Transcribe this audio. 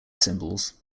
symbols